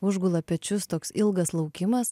užgula pečius toks ilgas laukimas